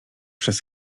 przez